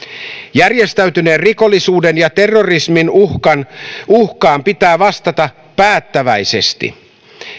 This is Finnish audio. järjestäytyneen rikollisuuden ja terrorismin uhkaan uhkaan pitää vastata päättäväisesti